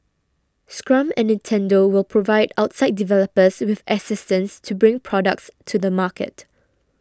Scrum and Nintendo will provide outside developers with assistance to bring products to the market